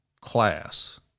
class